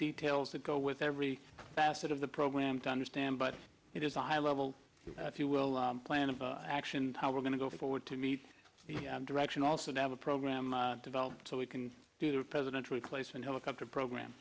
details that go with every facet of the program to understand but it is a high level if you will plan of action how we're going to go forward to meet the direction also to have a program developed so we can do the president replace and helicopter program